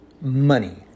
Money